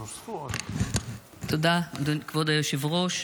תודה, כבוד היושב-ראש.